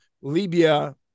Libya